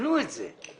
תקנו את זה.